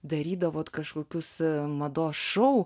darydavot kažkokius mados šou